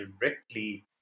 directly